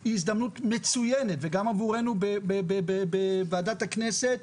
היא הזדמנות מצוינת גם עבורנו בוועדת הכנסת.